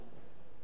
וזה אומר משהו.